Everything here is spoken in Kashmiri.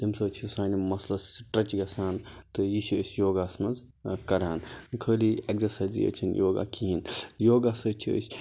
تَمہِ سۭتی چھُ سانٮ۪ن مَسلَن سِٹرٕچ گَژھان تہٕ یہِ چھِ أسۍ یوٚگاہَس مِنٛز کَران خٲلی ایٚگزَرسایزٕے یٲژ چھَنہٕ یوٚگا کِہیٖنٛۍ یوٚگا سۭتۍ چھِ أسۍ